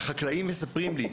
החקלאים מספרים לי,